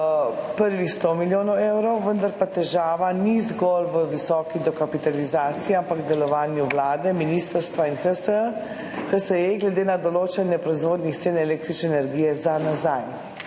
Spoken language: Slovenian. prvih 100 milijonov evrov. Vendar pa težava ni zgolj v visoki dokapitalizaciji, ampak v delovanju vlade, ministrstva in HSE glede na določanje proizvodnih cen električne energije za nazaj.